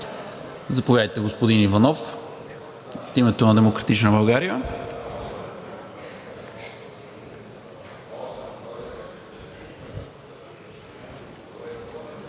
Заповядайте, господин Иванов – от името на „Демократична България“.